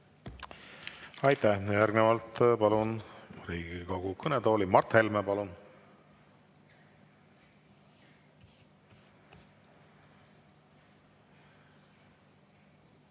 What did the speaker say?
Aitäh! Järgnevalt palun Riigikogu kõnetooli Mart Helme. Palun!